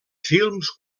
films